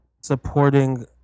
supporting